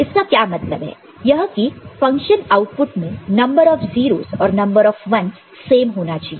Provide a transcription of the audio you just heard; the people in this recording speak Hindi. इसका क्या मतलब है यह की फंक्शन आउटपुट में नंबर ऑफ 0's और नंबर ऑफ 1's सेम होना चाहिए